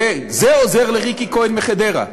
זה עוזר לריקי כהן מחדרה.